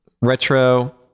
Retro